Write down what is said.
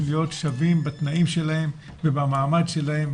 להיות שווים בתנאים שלהם ובמעמד שלהם,